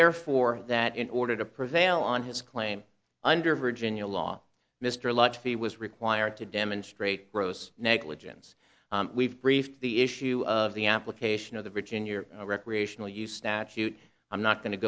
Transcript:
therefore that in order to prevail on his claim under virginia law mr lotfy was required to demonstrate gross negligence we've briefed the issue of the application of the rich in your recreational use statute i'm not going to